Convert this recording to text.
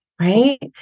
right